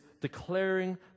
declaring